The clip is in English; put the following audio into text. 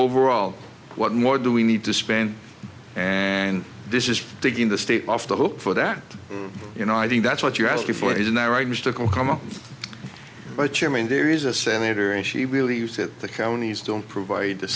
overall what more do we need to spend and this is taking the state off the hook for that you know i think that's what you're asking for isn't that right mystical coming but you mean there is a senator and she believes that the counties don't provide the